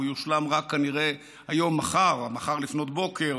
הוא יושלם כנראה רק מחר לפנות בוקר,